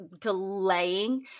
delaying